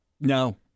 No